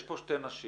יש פה שתי נשים